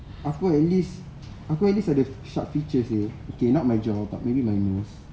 aku at least aku at least ada sharp features eh okay not my jaw but maybe my nose